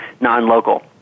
non-local